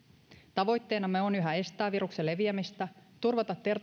tavoitteenamme on yhä estää viruksen leviämistä turvata